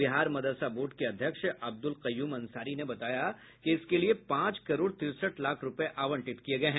Bihar Madrasa board के अध्यक्ष अब्दुल कयूम अंसारी ने बताया कि इसके लिए पांच करोड़ तिरसठ लाख रूपये आवंटित किये गये हैं